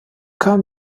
kam